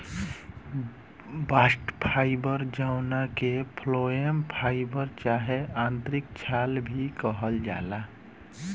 bast fibre जवना के phloem fibre चाहे आंतरिक छाल भी कहल जाला